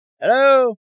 Hello